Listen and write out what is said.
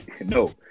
no